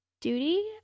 duty